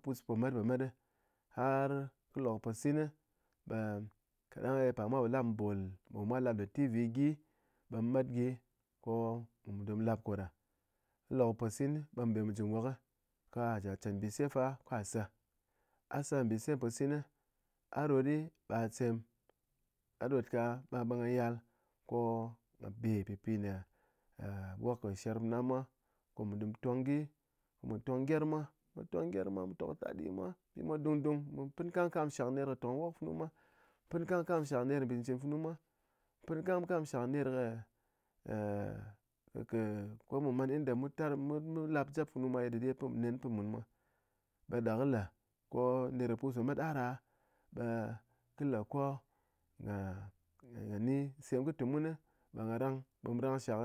Pus po met po met har kɨ lok posin ɓe kaɗang ye par mwa po lap ball tv gi, ɓe mu mat gyi ko mu ɗɨm mu lap koɗa, ko lok posin ɓe mu ji wok ko gha ji gha chet nbise fa, ka se, a se mbise posin, a rot ɗi ɓa sem, a rot ka ɓe gha yal ko a ɓe pɨpina wok kɨ sher na mwa ko mu ɗém tong gyi mu tong gyerm mwa, mu tong gyerm mwa mun tok taɗi mwa ɓi mwa dungdung mu pɨn kamkam shak ner kɨ tong wok funu mwa pɨn kamkam shak ner kɨ nbi chɨn chɨn funu mwa pɨn kamkam shak ner kɨ ko mu man inda mu tar mu mu lap jep funu dɨde nen pɨn mun mwa ɓe ɗa kɨ le ko ner kɨ pus met a ɗa ɓe kɨ le ko gha gha ni sem kɨ tu mun ɓe gha rang ɓe mu rang shak